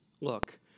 Look